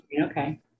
okay